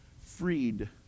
freed